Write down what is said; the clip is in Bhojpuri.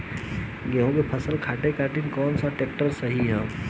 गेहूँ के फसल काटे खातिर कौन ट्रैक्टर सही ह?